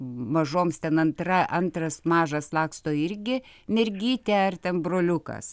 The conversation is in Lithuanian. mažoms ten antra antras mažas laksto irgi mergytė ar ten broliukas